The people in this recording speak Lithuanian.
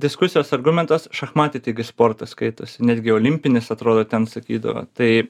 diskusijos argumentas šachmatai taigi sportas skaitosi netgi olimpinis atrodo ten sakydavo tai